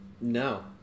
No